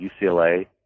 UCLA